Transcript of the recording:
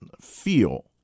feel